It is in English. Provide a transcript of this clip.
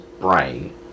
brain